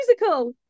musical